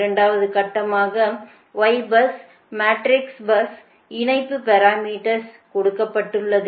இரண்டாவது கட்டமாக Y bus மேட்ரிக்ஸிலிருந்து இணைப்பு பாரமீட்டர்ஸ் கொடுக்கப்பட்டுள்ளது